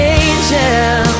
angel